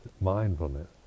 mindfulness